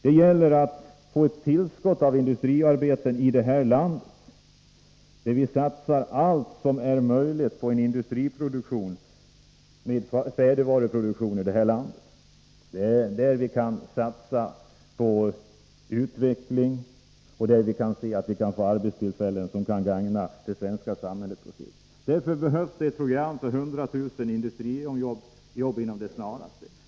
Det gäller att få ett tillskott av industriarbeten i det här landet, där vi satsar allt som är möjligt på en industriproduktion med färdigvaror. Det är där vi kan satsa på utveckling och se att vi får arbetstillfällen som kan gagna det svenska samhället på sikt. Det behövs därför ett program för 100 000 industrijobb inom det snaraste.